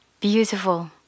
Beautiful